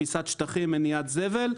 תפיסת שטחים ומניעת זבל,